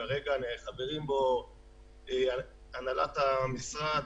כרגע חברים בו הנהלת המשרד,